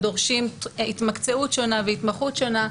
דורשים התמקצעות שונה והתמחות שונה,